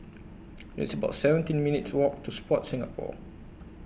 It's about seventeen minutes' Walk to Sport Singapore